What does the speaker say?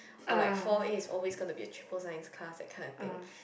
or like four A is always gonna be a triple science class that kind of thing